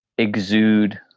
exude